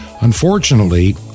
unfortunately